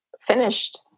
finished